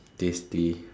tasty